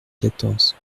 quatorze